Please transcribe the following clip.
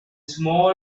small